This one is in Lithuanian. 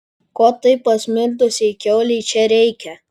ko tai pasmirdusiai kiaulei čia reikia